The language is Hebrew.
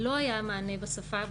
לא היה מענה בשפה,